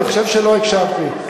אני חושב שלא הקשבת לי.